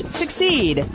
succeed